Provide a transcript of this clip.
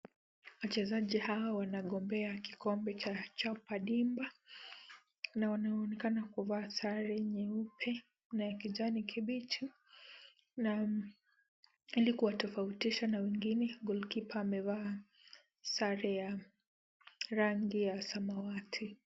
Wachezaji hawa wanagombea kikombe cha Chapa Dimba na wanaonekana kuvaa sare nyeupe na ya kijani kibichi na, ili kuwatofautisha na wengine, goalkeeper amevaa sare ya rangi ya samawati.